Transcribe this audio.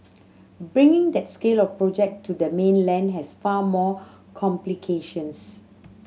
bringing that scale of project to the mainland has far more complications